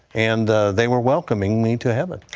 and they were welcoming me to heaven.